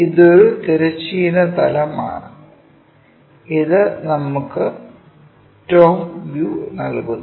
ഇതൊരു തിരശ്ചീന തലം ആണ് ഇത് നമുക്ക് ടോപ് വ്യൂ നൽകുന്നു